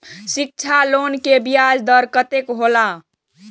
शिक्षा लोन के ब्याज दर कतेक हौला?